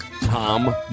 Tom